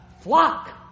flock